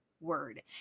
word